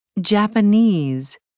Japanese